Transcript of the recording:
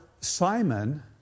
Simon